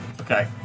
Okay